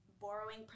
borrowing